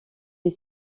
est